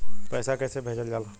पैसा कैसे भेजल जाला?